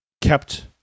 kept